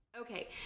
Okay